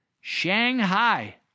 Shanghai